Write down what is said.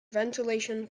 ventilation